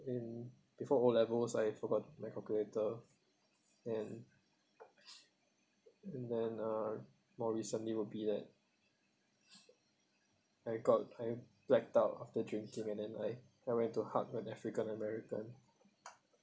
in before O levels I forgot my calculator and and then uh more recently would be that I got I blacked out after drinking and then I I went to hug one african american